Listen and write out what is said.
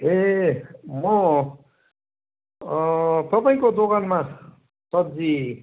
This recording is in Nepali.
ए म तपाईँको दोकानमा सब्जी